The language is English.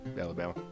Alabama